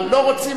אבל לא רוצים,